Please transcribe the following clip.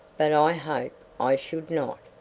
but i hope i should not.